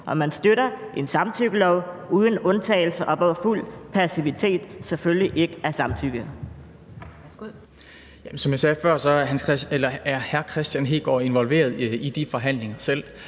om man støtter en samtykkelov uden undtagelser, og hvor fuld passivitet selvfølgelig ikke er samtykke.